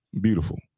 beautiful